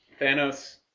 Thanos